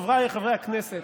חבריי חברי הכנסת,